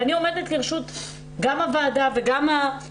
ואני עומדת לרשות הוועדה והחברים,